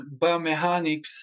biomechanics